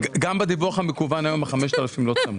גם בדיווח המקוון היום ה-5,000 לא צמוד.